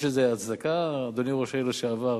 יש לזה הצדקה, אדוני ראש העיר לשעבר?